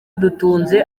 dutunze